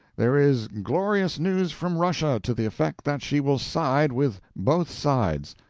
there is glorious news from russia to the effect that she will side with both sides.